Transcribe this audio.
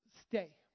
stay